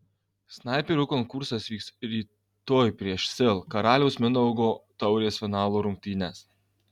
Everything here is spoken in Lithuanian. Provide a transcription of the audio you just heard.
snaiperio konkursas vyks rytoj prieš sil karaliaus mindaugo taurės finalo rungtynes